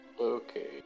Okay